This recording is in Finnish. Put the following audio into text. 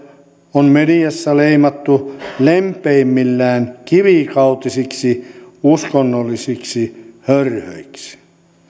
on mediassa leimattu lempeimmillään kivikautisiksi uskonnollisiksi hörhöiksi